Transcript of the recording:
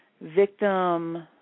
victim